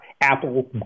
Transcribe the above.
Apple